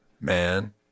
Man